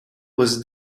was